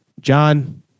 John